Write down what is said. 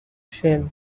shell